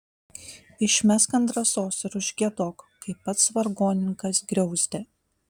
išmesk ant drąsos ir užgiedok kaip pats vargonininkas griauzdė